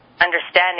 understanding